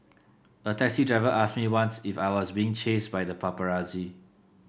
a taxi driver asked me once if I was being chased by the paparazzi